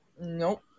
Nope